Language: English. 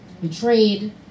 betrayed